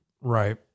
right